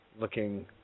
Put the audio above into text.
looking